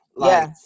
Yes